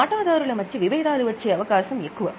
వాటాదారుల మధ్య విభేదాలు వచ్చే అవకాశం ఎక్కువ